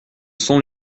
sont